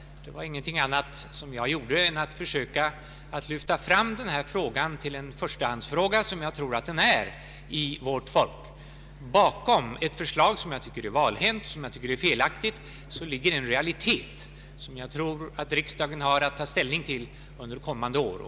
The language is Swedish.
Jag gjorde ingenting annat än ett försök att lyfta fram denna fråga till en förstahandsfråga i vårt folk, ty det tror jag att den är. Bakom ett förslag som jag tycker är valhänt och felaktigt ligger en realitet, som jag tror att riksdagen får ta ställning till under kommande år.